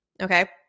Okay